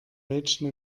mädchen